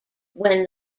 when